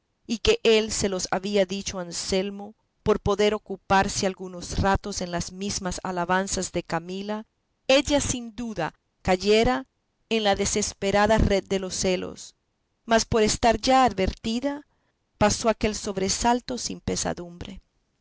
y que él se lo había dicho a anselmo por poder ocuparse algunos ratos en las mismas alabanzas de camila ella sin duda cayera en la desesperada red de los celos mas por estar ya advertida pasó aquel sobresalto sin pesadumbre